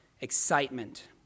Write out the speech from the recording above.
excitement